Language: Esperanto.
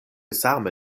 same